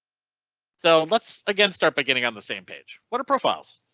so let's again start by getting on the same page water profiles.